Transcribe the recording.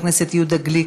חבר הכנסת יהודה גליק,